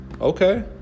okay